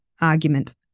argument